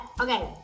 okay